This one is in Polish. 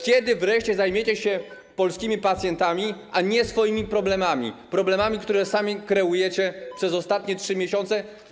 Kiedy wreszcie zajmiecie się polskimi pacjentami, a nie swoimi problemami, problemami, które sami kreujecie przez ostatnie 3 miesiące?